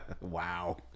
Wow